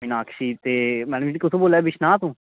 मिनाक्षी ते मैडम जी कुत्थां बोला दे बिश्नाह् तों